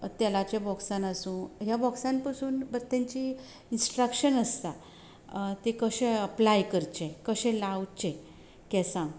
ते तेलाच्या बॉक्सान आसूं ह्या बॉक्सान पसून तांची इनस्ट्रक्शन आसता ते कशे अप्लाय करचे कशें लावचे केसांक